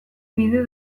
bide